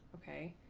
ok.